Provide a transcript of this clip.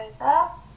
up